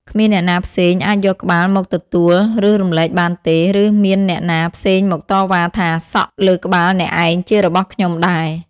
គ្មានអ្នកណាផ្សេងអាចយកក្បាលមកទទួល ឬរំលែកបានទេ ឬមានអ្នកណាផ្សេងមកតវ៉ាថា សក់លើក្បាលអ្នកឯងជារបស់ខ្ញុំដែរ ។